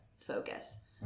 focus